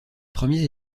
premiers